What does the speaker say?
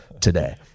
today